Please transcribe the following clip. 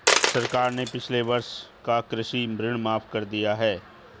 सरकार ने पिछले वर्ष का कृषि ऋण माफ़ कर दिया है